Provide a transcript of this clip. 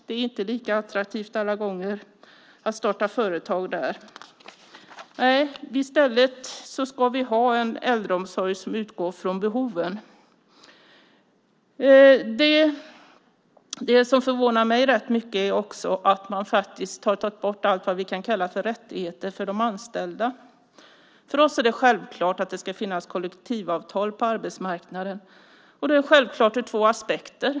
Det är inte lika attraktivt alla gånger att starta företag där. I stället ska vi ha en äldreomsorg som utgår från behoven. Det som förvånar mig rätt mycket är också att man faktiskt har tagit bort allt det vi kan kalla för rättigheter för de anställda. För oss är det självklart att det ska finnas kollektivavtal på arbetsmarknaden. Det är självklart ur två aspekter.